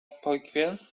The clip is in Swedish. pojkvän